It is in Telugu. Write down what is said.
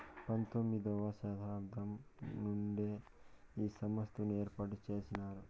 పంతొమ్మిది వ శతాబ్దం నుండే ఈ సంస్థను ఏర్పాటు చేసినారు